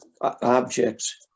objects